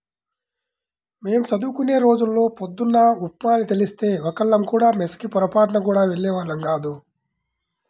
మేం చదువుకునే రోజుల్లో పొద్దున్న ఉప్మా అని తెలిస్తే ఒక్కళ్ళం కూడా మెస్ కి పొరబాటున గూడా వెళ్ళేవాళ్ళం గాదు